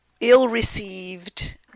ill-received